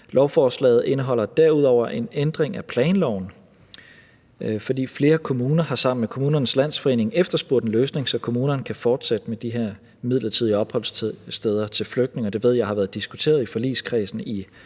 Lovforslaget indeholder derudover en ændring af planloven, fordi flere kommuner sammen med Kommunernes Landsforening har efterspurgt en løsning, så kommunerne kan fortsætte med de her midlertidige opholdssteder til flygtninge. Det ved jeg har været diskuteret i forligskredsen i